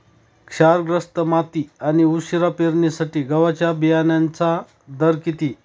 क्षारग्रस्त माती आणि उशिरा पेरणीसाठी गव्हाच्या बियाण्यांचा दर किती?